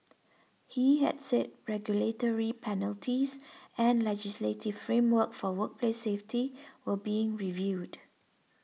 he had said regulatory penalties and legislative framework for workplace safety were being reviewed